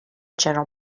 general